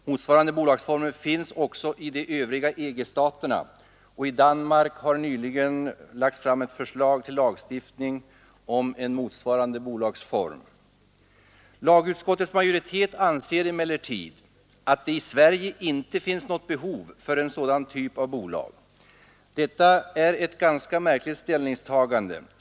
Motsvarande bolagsformer finns också i de övriga EG-staterna, och i Danmark har nyligen lagts fram ett förslag till lagstiftning om en motsvarande bolagsform. Lagutskottets majoritet anser emellertid att det i Sverige inte finns något behov av en sådan typ av bolag. Detta är ett ganska märkligt ställningstagande.